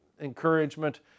encouragement